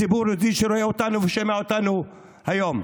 ציבור דרוזי שרואה אותנו ושומע אותנו היום,